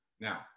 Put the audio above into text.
Now